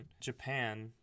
japan